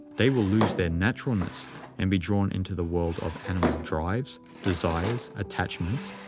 they will lose their naturalness and be drawn into the world of animal drives, desires, attachments,